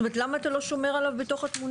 זאת אומרת, למה אתה לא שומר עליו בתוך התמונה?